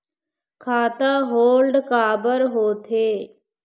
खाता होल्ड काबर होथे?